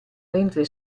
ventre